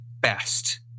best